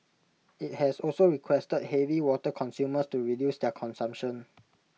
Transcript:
IT has also requested heavy water consumers to reduce their consumption